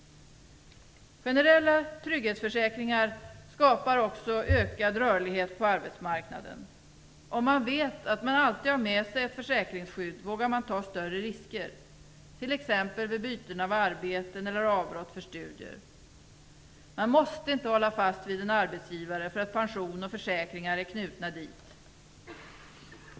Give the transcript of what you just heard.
Generella trygghetsförsäkringar skapar också ökad rörlighet på arbetsmarknaden. Om man vet att man alltid har med sig ett försäkringsskydd vågar man ta större risker, t.ex. vid byten av arbete eller vid avbrott för studier. Man måste inte hålla fast vid en arbetsgivare därför att pension och försäkringar är knutna dit.